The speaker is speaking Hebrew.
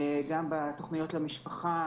גם בתוכניות למשפחה.